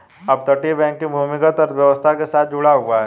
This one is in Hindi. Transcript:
अपतटीय बैंकिंग भूमिगत अर्थव्यवस्था के साथ जुड़ा हुआ है